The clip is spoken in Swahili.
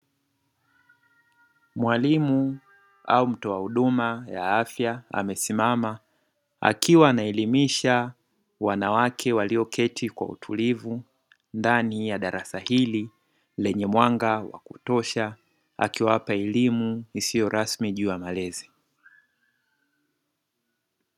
Mwalimu au mtoa huduma ya afya amesimama, akiwa anaelimisha wanawake walioketi kwa utulivu ndani ya darasa hili lenye mwanga wa kutosha, akiwapa elimu isiyo rasmi ya malezi.